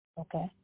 okay